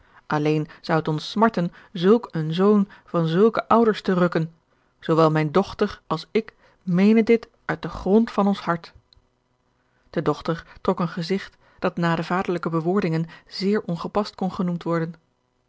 alleen zou het ons smarten zulk een zoon van zulke ouders te rukken zoowel mijne dochter als ik meenen dit uit den grond van ons hart de dochter trok een gezigt dat na de vaderlijke bewoordingen zeer ongepast kon genoemd worden